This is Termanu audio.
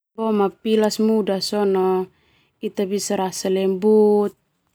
Pilas muda sona ita bisa rasa lembut.